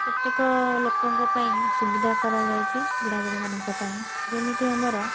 କେତେକ ଲୋକଙ୍କ ପାଇଁ ସୁବିଧା କରାଯାଇଛି ବୁଢ଼ା ବୁଢ଼ୀମାନଙ୍କ ପାଇଁ ଯେମିତି ଆମର